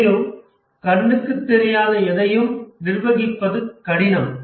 மேலும் கண்ணுக்கு தெரியாத எதையும் நிர்வகிப்பது கடினம்